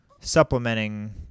supplementing